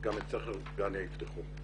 גם את סכר דגניה יפתחו.